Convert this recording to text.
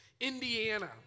Indiana